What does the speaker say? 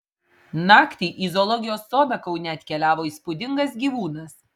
naktį į zoologijos sodą kaune atkeliavo įspūdingas gyvūnas